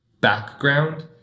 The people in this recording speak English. background